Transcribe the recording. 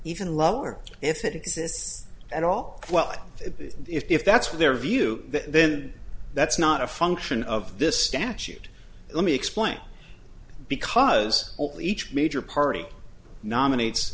even lower if it exists at all well if that's what they're view then that's not a function of this statute let me explain because each major party nominates